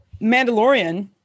*Mandalorian*